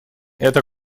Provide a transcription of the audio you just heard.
это